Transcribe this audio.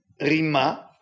rima